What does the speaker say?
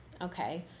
okay